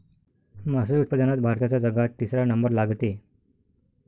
मासोळी उत्पादनात भारताचा जगात तिसरा नंबर लागते